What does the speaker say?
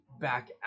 back